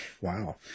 wow